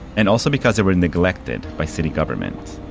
and also because they were neglected by city government.